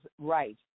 right